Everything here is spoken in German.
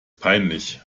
peinlich